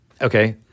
okay